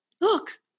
look